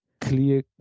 clear